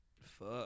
fuck